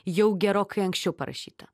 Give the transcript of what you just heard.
jau gerokai anksčiau parašyta